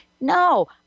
No